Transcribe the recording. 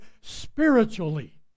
spiritually